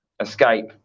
Escape